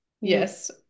Yes